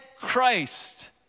Christ